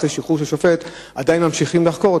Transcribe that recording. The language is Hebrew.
אחרי שחרור של שופט עדיין ממשיכים לחקור,